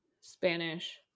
Spanish